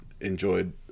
enjoyed